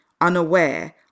unaware